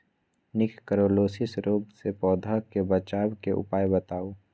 निककरोलीसिस रोग से पौधा के बचाव के उपाय बताऊ?